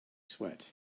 sweat